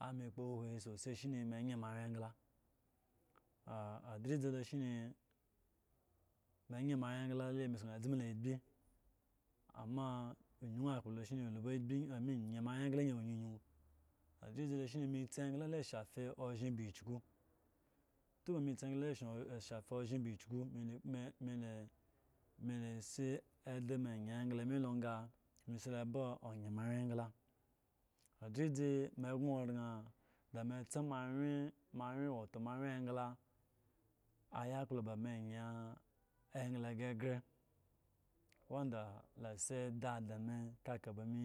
ame ekpo huhuhu sosai ame ene mo awye egla addizi lo shine me ene moawye egla la la skin ezime la agbi amma anuokplo lo shine olobo ogbi i mind ene mo awye egla ewo nunu adlizi lo shine me tsi ozhen la shafe ba kyuku tun me ta ozhen la shafe ba kyuku meme me la sa eda me ene egla me lo ga me esa la eba oyin mo awye egla adizi me egla ba me ene egla gregre wanda ba lo asa eda da me kka ba me.